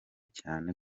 cyane